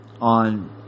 on